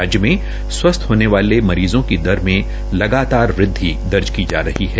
राज्य में स्वस्थ होने वाली मरीज़ो की दर में लगातार वृद्धि दर्ज की जा रही है